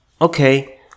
okay